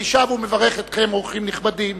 אני שב ומברך אתכם, אורחים נכבדים,